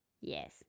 Yes